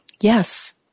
Yes